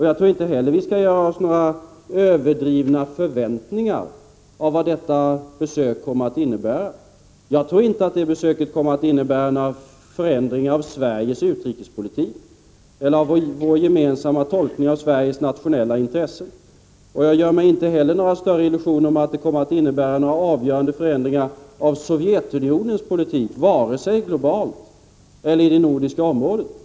Jag tror inte heller att vi skall göra oss några överdrivna förväntningar om vad detta besök kommer att innebära. Jag tror inte att det besöket kommer att medföra några förändringar av Sveriges utrikespolitik eller av vår gemensamma tolkning av Sveriges nationella intressen. Jag gör mig inte heller några större illusioner om att det kommer att innebära avgörande förändringar av Sovjetunionens politik, vare sig globalt eller i det nordiska området.